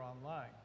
online